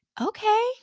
okay